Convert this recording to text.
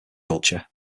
culture